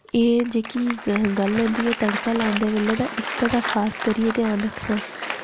एह् जेह्की ग गल्ल होंदी ऐ तड़का लांदे बेल्लै ते इसदा ते खास करियै ध्यान रक्खना ऐ